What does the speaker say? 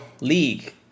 League